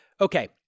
Okay